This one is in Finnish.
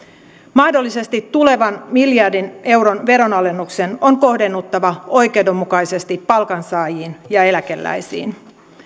mahdollisesti tulevan miljardin euron veronalennuksen on kohdennuttava oikeudenmukaisesti palkansaajiin ja eläkeläisiin